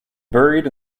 buried